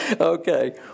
Okay